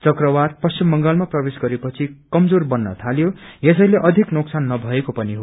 चकवात पश्चिम बंगालमा प्रवेश गरे पछि कमजोर बन्न थाल्यो यसैले अधिक नोकसान नभएको पनि हो